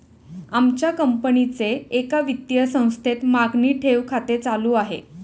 आमच्या कंपनीचे एका वित्तीय संस्थेत मागणी ठेव खाते चालू आहे